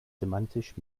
semantisch